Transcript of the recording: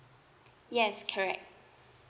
yes correct